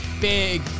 Big